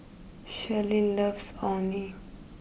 Sherlyn loves Orh Nee